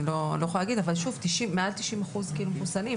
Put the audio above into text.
אני לא יכולה להגיד, אבל שוב, מעל 90% מחוסנים.